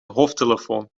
hoofdtelefoon